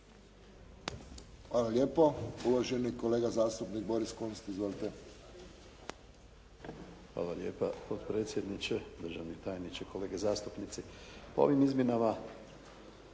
Hvala lijepo. Uvaženi kolega zastupnik Boris Kunst. Izvolite. **Kunst, Boris (HDZ)** Hvala lijepa predsjedniče, državni tajniče, kolege zastupnici. Po ovim izmjenama